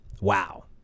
wow